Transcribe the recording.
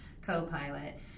copilot